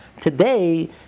Today